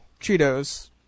Cheetos